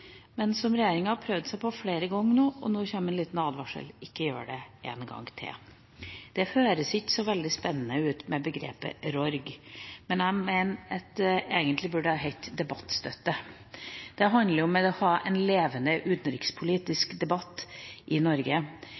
men som regjeringa har prøvd seg på flere ganger nå, og nå kommer en liten advarsel: Ikke gjør det en gang til. Det høres ikke så veldig spennende ut med begrepet RORG. Jeg mener at det egentlig burde hete «debattstøtte». Det handler om å ha en levende utenrikspolitisk debatt i Norge.